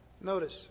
Notice